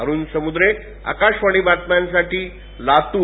अरूण समुद्रे आकाशवाणी बातम्यासाठी लातूर